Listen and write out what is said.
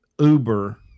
Uber